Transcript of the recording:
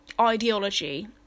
ideology